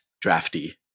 drafty